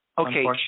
Okay